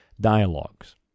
dialogues